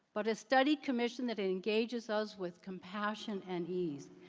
but a study commission that engages us with compassion and ease,